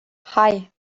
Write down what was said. hei